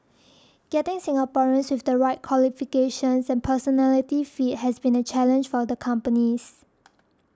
getting Singaporeans with the right qualifications and personality fit has been a challenge for the companies